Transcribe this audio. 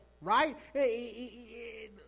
right